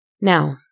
Now